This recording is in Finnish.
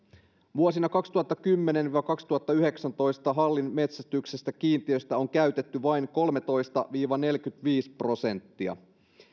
vuosina kaksituhattakymmenen viiva kaksituhattayhdeksäntoista hallin metsästyksen kiintiöstä on käytetty vain kolmetoista viiva neljäkymmentäviisi prosenttia